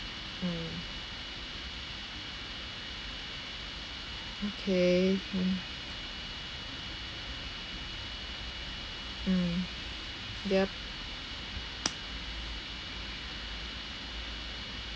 mm okay hmm mm yup